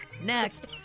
Next